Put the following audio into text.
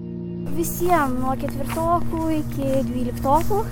visiem nuo ketvirtokų iki dvyliktokų